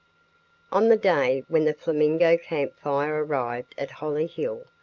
on the day when the flamingo camp fire arrived at hollyhill,